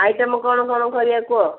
item କ'ଣ କ'ଣ କରିବା କୁୁହ